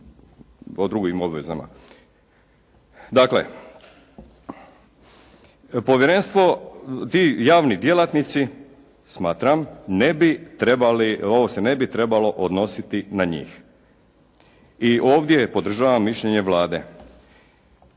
po drugim obvezama. Dakle povjerenstvo, ti javni djelatnici smatram ne bi trebali, ovo se ne bi trebalo odnositi na njih. I ovdje podržavam mišljenje Vlade.